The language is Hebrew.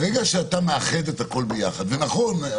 ברגע שאתה מאחד את הכול ביחד זה נכון,